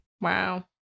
Wow